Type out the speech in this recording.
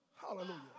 Hallelujah